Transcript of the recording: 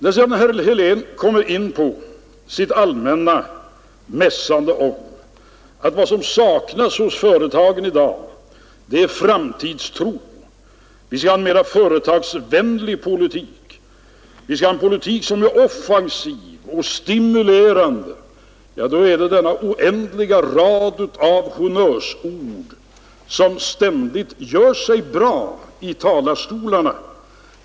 När herr Helén kom in på sitt allmänna mässande om att vad som saknas hos företagen i dag är framtidstro — vi skall ha en mera företagsvänlig politik, en politik som är offensiv och stimulerande, sade herr Helén — då är det bara ett upprepande av denna oändliga rad av honnörsord, som ständigt gör sig så bra från talarstolarna.